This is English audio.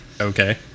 okay